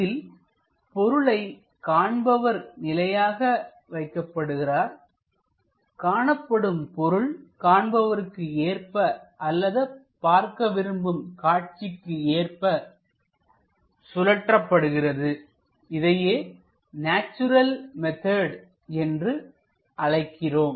இதில் பொருளை காண்பவர் நிலையாக வைக்கப்படுகிறார் காணப்படும் பொருள் காண்பவருக்கு ஏற்ப அல்லது பார்க்க விரும்பும் காட்சிக்கு ஏற்ப சுழற்றபடுகிறதுஇதையே நேச்சுரல் மெத்தட் என்று அழைக்கிறோம்